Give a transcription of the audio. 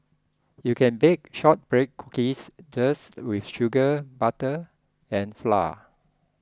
you can bake Shortbread Cookies just with sugar butter and flour